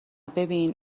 ببین